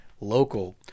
Local